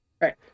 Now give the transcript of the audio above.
Right